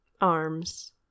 arms